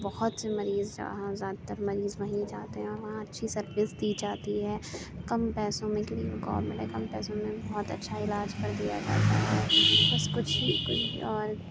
بہت سے مریض زیادہ تر مریض وہیں جاتے ہیں اور وہاں اچھی سروس دی جاتی ہے کم پیسوں میں کیونکہ وہ گورنمنٹ ہے کم پیسوں میں بہت اچھا علاج کر دیا جاتا ہے بس کچھ ہی اور